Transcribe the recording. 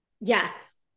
yes